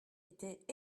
était